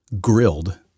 grilled